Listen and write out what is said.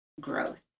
growth